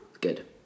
good